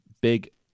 big